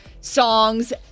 songs